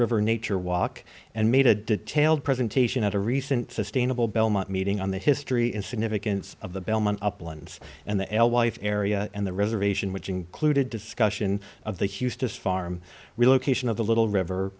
river nature walk and made a detailed presentation at a recent sustainable belmont meeting on the history in significance of the belmont uplands and the el wife area and the reservation which included discussion of the hughes just farm relocation of the little river